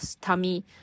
tummy